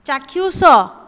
ଚାକ୍ଷୁଷ